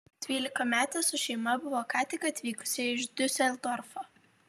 dvylikametė su šeima buvo ką tik atvykusi iš diuseldorfo